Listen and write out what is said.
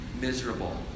Miserable